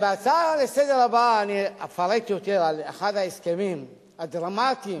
בהצעה לסדר-היום הבאה אני אפרט יותר על אחד ההסכמים הדרמטיים.